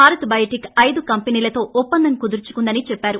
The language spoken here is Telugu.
భారత్ బయోటెక్ ఐదు కంపెనీలతో ఒప్పందం కుదుర్చుకుందనీ చెప్పారు